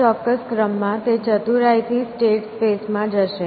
આ ચોક્કસ ક્રમમાં તે ચતુરાઈ થી સ્ટેટ સ્પેસ માં જશે